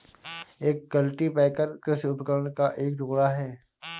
एक कल्टीपैकर कृषि उपकरण का एक टुकड़ा है